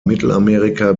mittelamerika